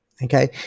Okay